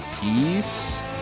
Peace